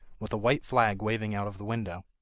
with a white flag waving out of the window.